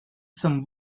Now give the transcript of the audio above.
some